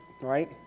right